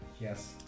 yes